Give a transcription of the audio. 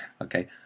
Okay